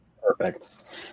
Perfect